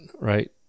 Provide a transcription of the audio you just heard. right